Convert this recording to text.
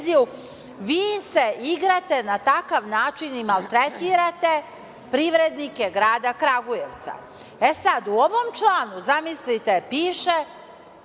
Vi se igrate na takav način i maltretirate privrednike grada Kragujevcu.E, sada, u ovom članu piše